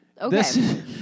Okay